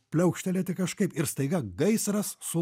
pliaukštelėti kažkaip ir staiga gaisras su